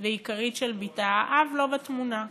ועיקרית של בתה, האב לא בתמונה.